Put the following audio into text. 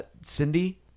Cindy